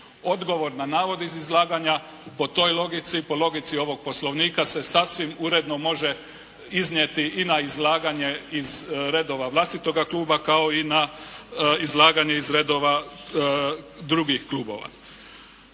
Odgovor na navod iz izlaganja po toj logici, po logici ovog Poslovnika se sasvim uredno može iznijeti i na izlaganje iz redova vlastitoga kluba kao i na izlaganje iz redova drugih klubova.